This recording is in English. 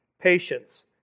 patience